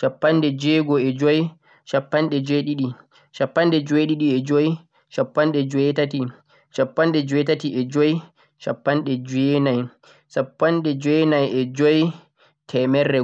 shappanɗe jweego e joi, shappanɗe jweeɗiɗi, shappanɗe jweeɗiɗi e joi, shappanɗe jeweetati, shappanɗe jweetati e joi, shappanɗe jweenai, shappanɗe jweenai e joi, temerre